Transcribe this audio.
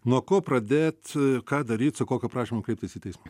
nuo ko pradėt ką daryt su kokiu prašymu kreiptis į teismą